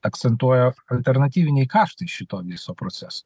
akcentuoja alternatyviniai kaštai šito viso proceso